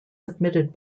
submitted